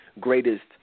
greatest